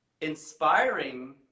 inspiring